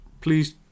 please